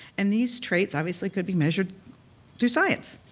and these traits obviously could be measured through science.